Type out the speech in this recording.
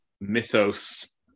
mythos